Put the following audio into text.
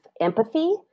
empathy